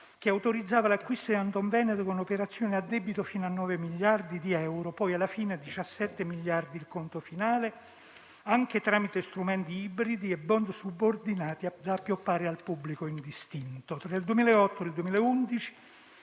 che autorizzava l'acquisto di Antonveneta con operazioni a debito fino a 9 miliardi di euro (il conto finale è stato poi di 17 miliardi), anche tramite strumenti ibridi e *bond* subordinati da appioppare al pubblico indistinto.